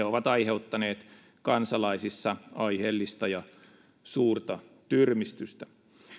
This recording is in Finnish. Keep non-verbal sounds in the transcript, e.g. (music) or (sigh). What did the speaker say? (unintelligible) ovat aiheuttaneet kansalaisissa aiheellista ja suurta tyrmistystä